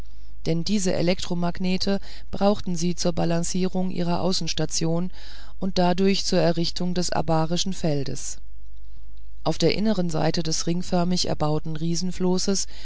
denn diese elektromagnete brauchten sie zur balancierung ihrer außenstation und dadurch zur errichtung des abarischen feldes auf der inneren seite des ringförmig erbauten